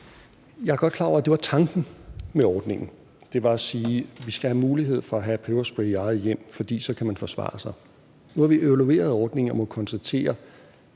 Jeg er godt klar over, at det var tanken med ordningen: At man skulle have muligheden for at have peberspray i eget hjem, for så kunne man forsvare sig. Nu har vi evalueret ordningen og må konstatere,